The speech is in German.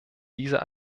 dieser